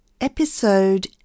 Episode